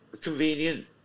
convenient